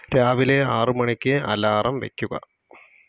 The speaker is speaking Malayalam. രാവിലെ ആറ് മണിക്ക് അലാറം വയ്ക്കുക